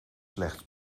slechts